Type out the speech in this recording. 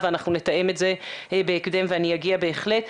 אנחנו נתאם את זה בהקדם ואני אגיע בהחלט.